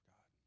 God